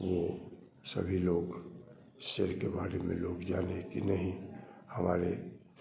वो सभी लोग शेर के बारे में लोग जाने कि नहीं हमारे